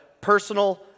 personal